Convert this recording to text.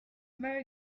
merry